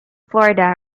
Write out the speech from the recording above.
florida